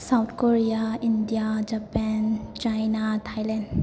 south Korea India Japan China Thailand